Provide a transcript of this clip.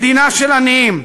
מדינה של עניים,